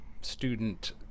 student